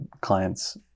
clients